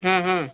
ಹಾಂ ಹಾಂ